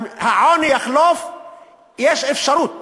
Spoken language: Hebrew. יש אפשרות